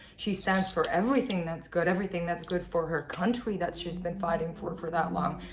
she stands for everything that's good. everything that's good for her country that she's been fighting for for that long.